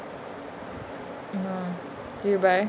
oh did you buy